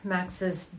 Max's